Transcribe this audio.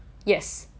yes